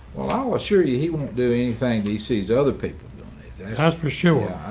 allow assure you he won't do anything. he sees other people. that's for sure.